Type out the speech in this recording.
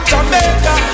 Jamaica